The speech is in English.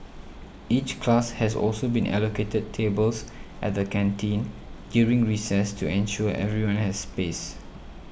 each class has also been allocated tables at the canteen during recess to ensure everyone has space